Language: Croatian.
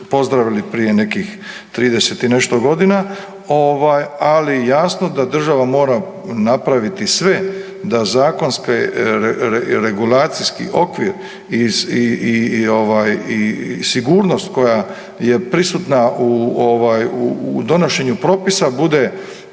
prije nekih 30 i nešto godina. Ali jasno da država mora napraviti sve da zakonske regulacijski okvir i sigurnost koja je prisutna u donošenju propisa bude